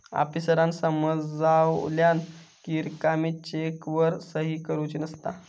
आफीसरांन समजावल्यानं कि रिकामी चेकवर सही करुची नसता